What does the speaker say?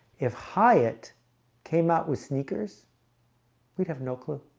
if hyatt came out with sneakers we'd have no clue